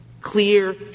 clear